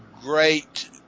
great